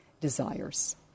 desires